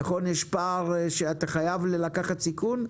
נכון שיש פער ואתה חייב לקחת סיכון,